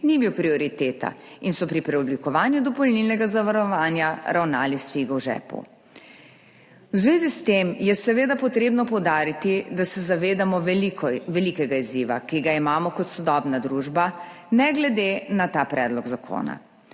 ni bil prioriteta in so pri preoblikovanju dopolnilnega zavarovanja ravnali s figo v žepu. V zvezi s tem je seveda treba poudariti, da se zavedamo velikega izziva, ki ga imamo kot sodobna družba, ne glede na ta predlog zakona.